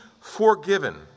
forgiven